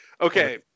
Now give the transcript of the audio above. Okay